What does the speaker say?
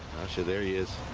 sure there he is